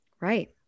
Right